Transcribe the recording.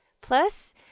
plus